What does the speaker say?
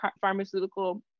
pharmaceutical